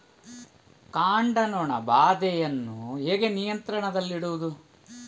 ಕಾಂಡ ನೊಣ ಬಾಧೆಯನ್ನು ಹೇಗೆ ನಿಯಂತ್ರಣದಲ್ಲಿಡುವುದು?